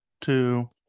two